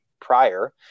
prior